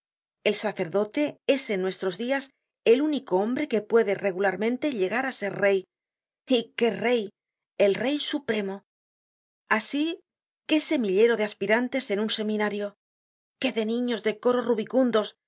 el sacerdote es en nuestros dias el único hombre que puede regularmente llegar á ser rey y qué rey el rey supremo así qué semillero de aspirantes en un seminario qué de niños de coró rubicundos